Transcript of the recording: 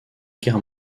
guerre